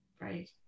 Right